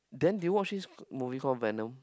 then do you watch this movie call Venom